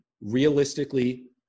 realistically